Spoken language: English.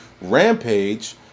Rampage